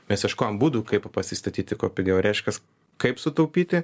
mes ieškojom būdų kaip pasistatyti kuo pigiau reiškias kaip sutaupyti